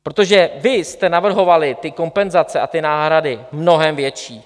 Protože vy jste navrhovali ty kompenzace a náhrady mnohem větší.